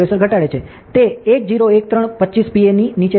તે 101325 Pa ની નીચે છે